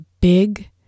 big